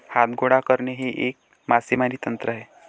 हात गोळा करणे हे एक मासेमारी तंत्र आहे